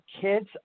kids